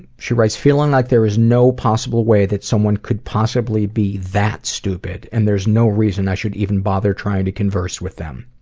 she writes feeling like there is no possible way that someone could possibly be that stupid, and there is no reason i should even bother to converse with them.